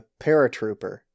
Paratrooper